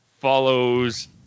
follows